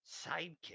sidekick